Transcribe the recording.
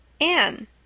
Anne